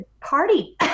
party